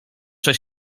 same